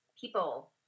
people